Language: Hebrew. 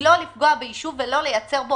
היא לא לפגוע ביישוב ולא לייצר בו